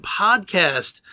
podcast